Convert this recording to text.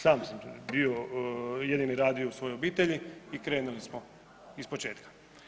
Sam sam jedini radio u svojoj obitelji i krenuli smo ispočetka.